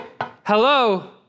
hello